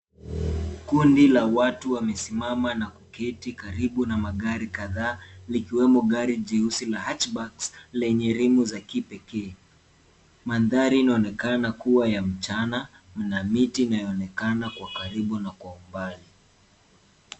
Kundi la watu wamesimama na kuketi karibu na magari kadhaa likiwemo gari jeusi la hatchbacks lenye rimu za kipekee. Mandhari inaonekana kuwa ya mchana, na miti inaonekana kwa karibu na kwa umbali.